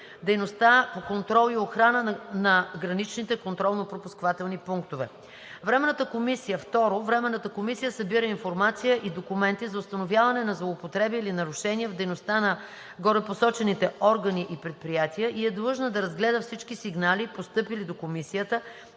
дейностите по контрол и охрана на граничните контролно-пропускателни пунктове. 2. Временната комисия събира информация и документи за установяване на злоупотреби или нарушения в дейността на горепосочените органи и предприятия и е длъжна да разгледа всички сигнали, постъпили до комисията,